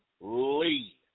Lee